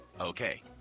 Okay